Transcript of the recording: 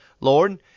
Lord